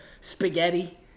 spaghetti